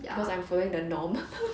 cause I'm following the norm